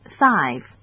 five